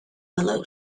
willow